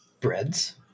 Breads